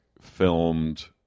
filmed